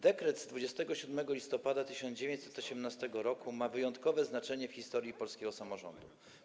Dekret z 27 listopada 1918 r. ma wyjątkowe znaczenie w historii polskiego samorządu.